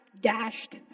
dashed